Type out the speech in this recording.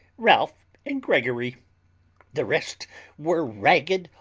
ralph, and gregory the rest were ragged,